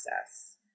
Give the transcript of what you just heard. access